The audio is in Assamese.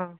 অঁ